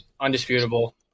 undisputable